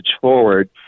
forward